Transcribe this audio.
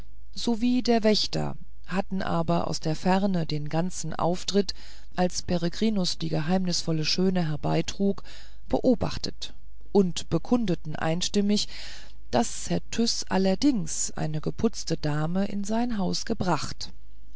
sowie der wächter hatten aber aus der ferne den ganzen auftritt als peregrinus die geheimnisvolle schöne herbeitrug beobachtet und bekundeten einstimmig daß herr tyß allerdings eine geputzte dame in sein haus gebracht